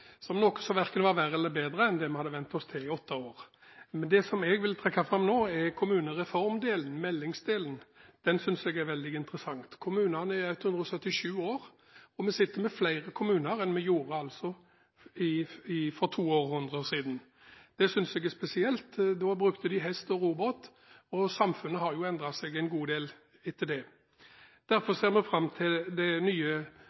åtte år. Det som jeg vil trekke fram nå, er kommunereformdelen, meldingsdelen. Den synes jeg er veldig interessant. Kommunene er 137 år gamle, og vi har nå flere kommuner enn vi hadde for to århundrer siden. Det synes jeg er spesielt. Da brukte de hest og robåt, og samfunnet har endret seg en god del etter det. Derfor